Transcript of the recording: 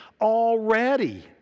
already